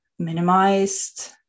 minimized